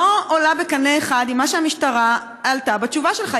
לא עולה בקנה אחד עם מה שהמשטרה ענתה, בתשובה שלך.